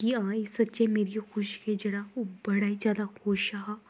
कि हां एह् सच्चें मेरी खुशियें च ओह् बड़ा ही जैदा खुश हा